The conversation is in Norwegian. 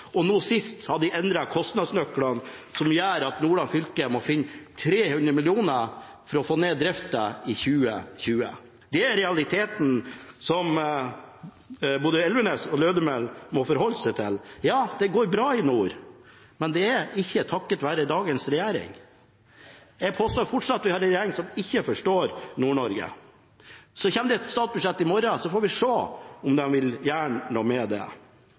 og nå sist har de endret kostnadsnøklene, som gjør at Nordland fylke får 300 mill. kr mindre til drift fra 2020. Det er realiteten som både Elvenes og Lødemel må forholde seg til. Ja, det går bra i nord, men det er ikke takket være dagens regjering. Jeg påstår fortsatt at vi har en regjering som ikke forstår Nord-Norge. I morgen kommer statsbudsjettet, og så får vi se om de vil gjøre noe med det. Vi ser også at de har store lovnader når det gjelder samferdsel, og det